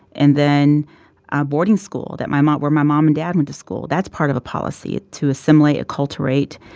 and then boarding school that my mom where my mom and dad went to school, that's part of a policy to assimilate, acculturate,